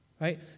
right